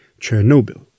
Chernobyl